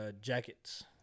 jackets